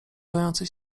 gojące